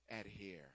adhere